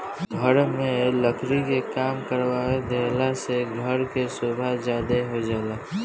घर में लकड़ी के काम करवा देहला से घर के सोभा ज्यादे हो जाला